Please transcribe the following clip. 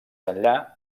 enllà